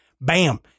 bam